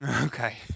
Okay